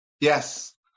Yes